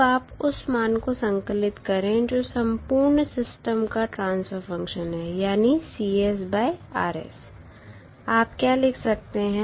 अब आप उस मान को संकलित करें जो संपूर्ण सिस्टम का ट्रांसफर फंक्शन है यानी Cs Rs आप क्या लिख सकते हैं